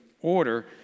order